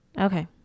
Okay